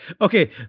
Okay